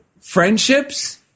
friendships